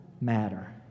matter